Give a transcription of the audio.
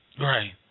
Right